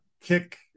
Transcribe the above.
kick